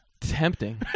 tempting